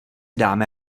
dáme